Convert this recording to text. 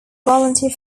volunteer